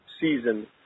season